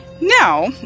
Now